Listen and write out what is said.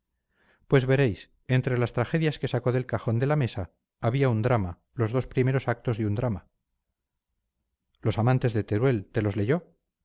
pues veréis entre las tragedias que sacó del cajón de la mesa había un drama los dos primeros actos de un drama los amantes de teruel te los leyó